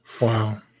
Wow